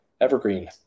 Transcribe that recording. evergreen